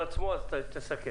קצר.